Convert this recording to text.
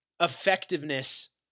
effectiveness